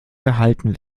gehalten